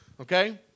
okay